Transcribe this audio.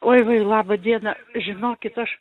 oi oi laba diena žinokit aš